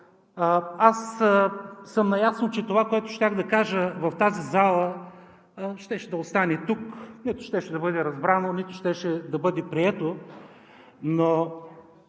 Аз съм наясно, че това, което щях да кажа в тази зала, щеше да остане тук – нито щеше да бъде разбрано, нито щеше да бъде прието, но